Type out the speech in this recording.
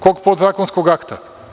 Kog podzakonskog akta?